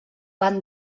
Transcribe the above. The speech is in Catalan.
van